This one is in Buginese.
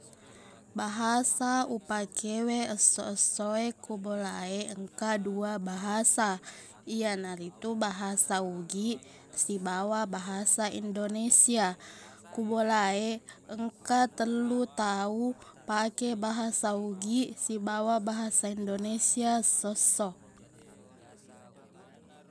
Bahasa upakewe esso-esso e ko bola e engka dua bahasa iyanaritu bahasa ugiq sibawa bahasa indonesia ku bola e engka tellu tau pake bahasa ugiq sibawa bahasa indonesia essosso